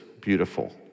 beautiful